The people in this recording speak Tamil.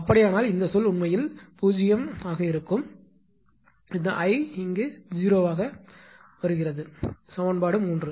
அப்படியானால் இந்த சொல் உண்மையில் 0 ஆக என்ன நடக்கும் இந்த 𝐼 0 ஆக வருகிறேன் சமன்பாடு 3